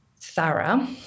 thorough